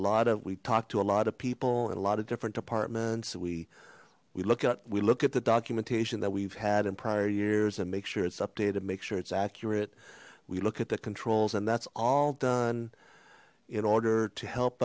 lot of we talked to a lot of people in a lot of different departments we we look at we look at the documentation that we've had in prior years and make sure it's updated and make sure it's accurate we look at the controls and that's all done in order to help